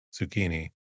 zucchini